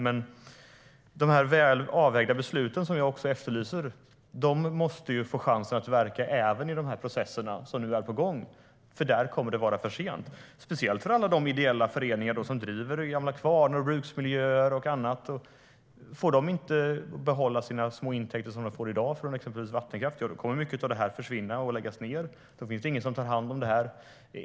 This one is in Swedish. Men de väl avvägda beslut som jag efterlyser måste få chansen att verka även i de processer som nu är på gång. Annars kommer det att vara för sent, speciellt för alla de ideella föreningar som driver gamla kvarnar och tar hand om bruksmiljöer och annat. Får de inte behålla de små intäkter som de i dag får från exempelvis vattenkraft kommer mycket av det här försvinna och läggas ned. Då finns det ingen som tar hand om det.